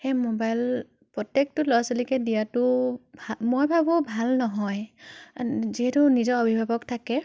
সেই ম'বাইল প্ৰত্য়েকটো ল'ৰা ছোৱালীকে দিয়াতো ভা মই ভাবোঁ ভাল নহয় যিহেতু নিজৰ অভিভাৱক থাকে